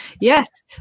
Yes